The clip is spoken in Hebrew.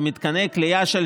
זה מתקני כליאה של